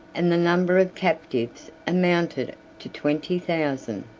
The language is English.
and the number of captives amounted to twenty thousand.